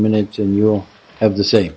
minutes and you will have the same